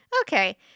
Okay